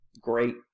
great